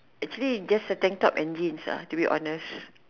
actually just a tank top and jeans ah to be honest